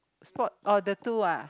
spot oh the two ah